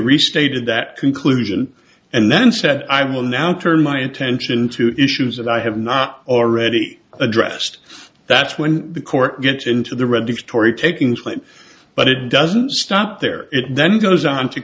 restated that conclusion and then said i will now turn my attention to issues that i have not already addressed that's when the court gets into the read the story taking place but it doesn't stop there it then goes on to